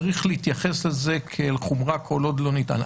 צריך להתייחס לזה כאל חומרה כל עוד לא ניתן.